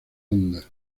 onda